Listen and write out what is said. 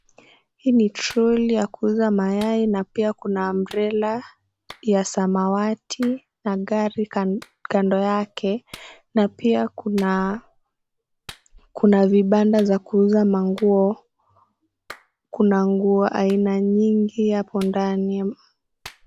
Hii ni trolley ya kuuza mayai. Pia kuna umbrella ya samawati na gari kando yake. Na pia kuna vibanda za kuuza manguo. Kuna nguo aina nyingi hapo ndani.